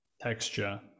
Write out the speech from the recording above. texture